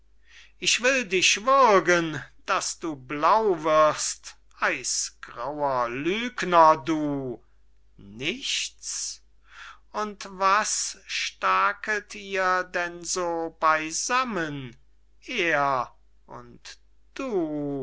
ich will dich würgen daß du blau wirst eisgrauer lügner du nichts und was stacket ihr denn so beysammen er und du